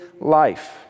life